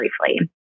briefly